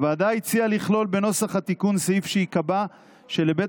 הוועד הציעה לכלול בנוסח התיקון סעיף שיקבע שלבית